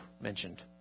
mentioned